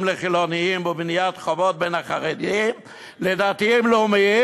לחילונים ובניית חומות בין החרדים לדתיים-לאומיים,